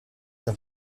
d’un